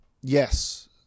Yes